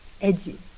edgy